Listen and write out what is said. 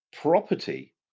property